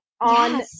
on